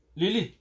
Lily